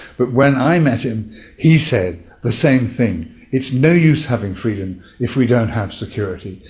but when i met him he said the same thing it's no use having freedom if we don't have security.